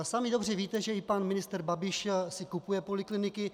Sami dobře víte, že i pan ministr Babiš si kupuje polikliniky.